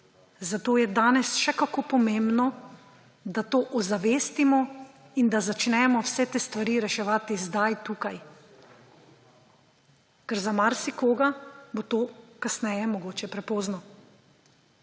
Zato je danes še kako pomembno, da to ozavestimo in da začnemo vse te stvari reševati zdaj, tukaj, ker za marsikoga bo to kasneje mogoče prepozno.